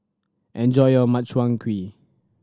enjoy your Makchang Gui